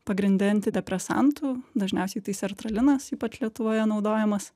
pagrinde antidepresantų dažniausiai tai sertralinas ypač lietuvoje naudojamas